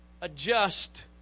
adjust